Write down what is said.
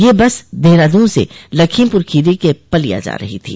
यह बस देहरादून से लखीमपुरखीरी को पलिया जा रही थी